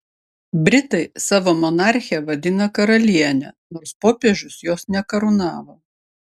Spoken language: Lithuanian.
britai savo monarchę vadina karaliene nors popiežius jos nekarūnavo